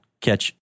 catch